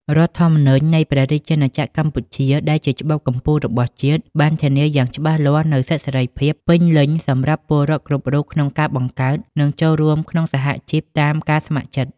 រដ្ឋធម្មនុញ្ញនៃព្រះរាជាណាចក្រកម្ពុជា ដែលជាច្បាប់កំពូលរបស់ជាតិ បានធានាយ៉ាងច្បាស់លាស់នូវសិទ្ធិសេរីភាពពេញលេញសម្រាប់ពលរដ្ឋគ្រប់រូបក្នុងការបង្កើត និងចូលរួមក្នុងសហជីពតាមការស្ម័គ្រចិត្ត។